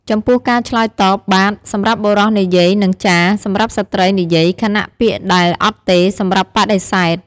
ចំពោះការឆ្លើយតប "បាទ" សម្រាប់បុរសនិយាយ និង "ចាស" សម្រាប់ស្ត្រីនិយាយ ខណៈពាក្យដែល "អត់ទេ" សម្រាប់បដិសេធ។